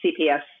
CPS